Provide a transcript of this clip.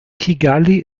kigali